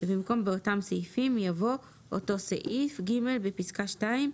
ובמקום "באותם סעיפים" יבוא אותו סעיף"; בפסקה (2),